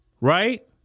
right